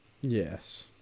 Yes